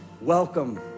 Welcome